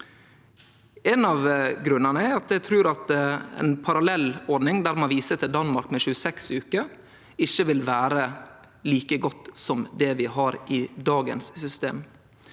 Ein av grunnane er at eg trur at ei parallell ordning – ein viser til Danmark, med 26 veker – ikkje vil vere like god som det vi har i dagens system.